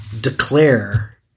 declare